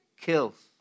kills